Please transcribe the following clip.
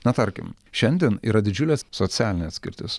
na tarkim šiandien yra didžiulė socialinė atskirtis